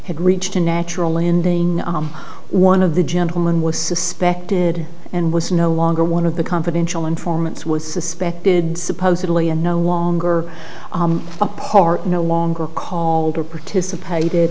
reached a natural landing one of the gentleman was suspected and was no longer one of the confidential informants with suspected supposedly and no one or a part no longer called or participated